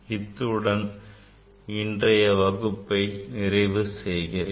இத்துடன் இந்த வகுப்பை நிறைவு செய்கிறேன்